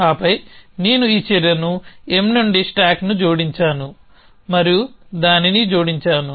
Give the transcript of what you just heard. ఆపై నేను ఈ చర్యను M నుండి స్టాక్ను జోడించాను మరియు దానిని జోడించాను